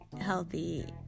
healthy